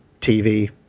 TV